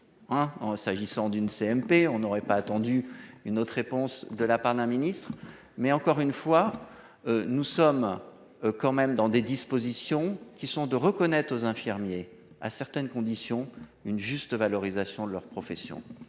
S'agissant d'une CMP, on n'aurait pas attendu une autre réponse de la part d'un ministre, mais encore une fois. Nous sommes. Quand même dans des dispositions qui sont de reconnaître aux infirmiers à certaines conditions. Une juste valorisation de leur profession.